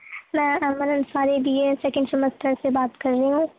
میں Aiman Ansari B A second semester سے بات کر رہی ہوں